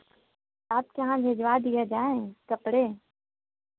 आपके यहाँ भिजवा दिया जाए कपड़े